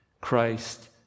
Christ